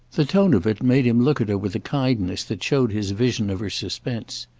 the tone of it made him look at her with a kindness that showed his vision of her suspense.